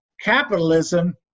capitalism